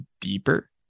deeper